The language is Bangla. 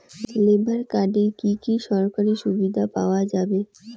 লেবার কার্ডে কি কি সরকারি সুবিধা পাওয়া যাবে?